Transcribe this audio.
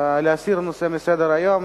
להסיר את הנושא מסדר-היום,